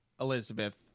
Elizabeth